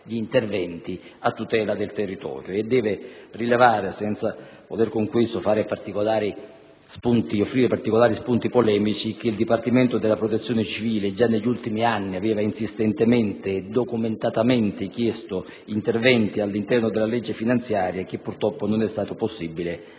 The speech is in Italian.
gli interventi a tutela del territorio, ma deve rilevare, senza voler con questo offrire particolari spunti polemici, che il Dipartimento della protezione civile, negli ultimi anni, aveva insistentemente e documentatamente chiesto interventi all'interno della legge finanziaria che, purtroppo, non è stato possibile stabilire.